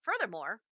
Furthermore